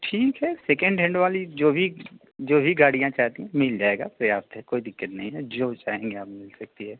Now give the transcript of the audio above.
ठीक है second hand वाली जो भी जो भी गाड़ियाँ चाहती हैं मिल जाएगा पर्याप्त है कोई दिक्कत नहीं है जो चाहेंगे आप मिल सकती है